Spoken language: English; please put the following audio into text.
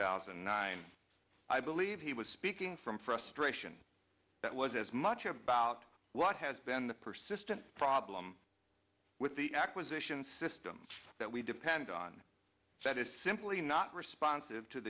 thousand and nine i believe he was speaking from frustration that was as much about what has been the persistent problem with the acquisition systems that we depend on that is simply not responsive to